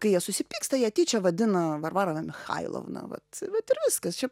kai jie susipyksta jie tyčia vadina varvarana michailovna vat vat ir viskas čia